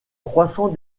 croissant